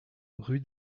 rue